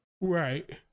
Right